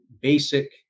basic